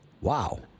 Wow